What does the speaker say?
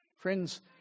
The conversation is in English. Friends